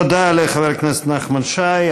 תודה לחבר הכנסת נחמן שי.